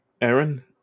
Aaron